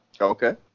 Okay